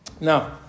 Now